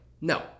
No